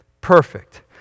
perfect